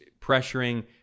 pressuring